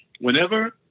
whenever